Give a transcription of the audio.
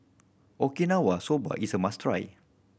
Okinawa Soba is a must try